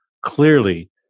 clearly